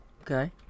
okay